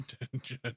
attention